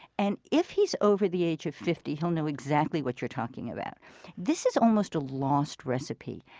and if he's over the age of fifty, he'll know exactly what you're talking about this is almost a lost recipe.